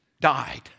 died